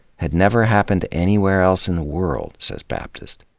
had never happened anywhere else in the world, says baptist.